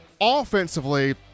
offensively